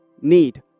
need